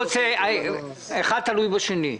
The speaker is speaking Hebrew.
האחד תלוי בשני.